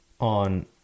on